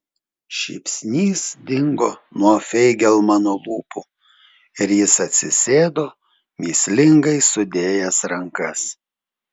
šypsnys dingo nuo feigelmano lūpų ir jis atsisėdo mįslingai sudėjęs rankas